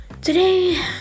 today